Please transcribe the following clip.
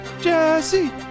Jesse